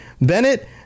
bennett